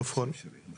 אני